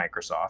Microsoft